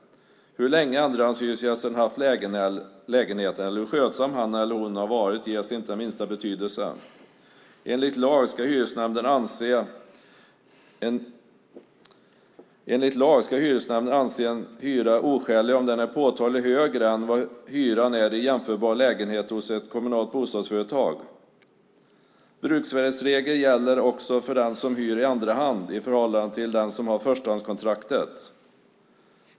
Hur länge andrahandshyresgästen haft lägenheten och hur skötsam han eller hon varit ges inte den minsta betydelse. Enligt lag ska hyresnämnden anse en hyra oskälig om den är påtagligt högre än vad hyran är i en jämförbar lägenhet hos ett kommunalt bostadsföretag. Bruksvärdesregeln gäller också för den som hyr i andra hand i förhållande till den som har förstahandskontraktet.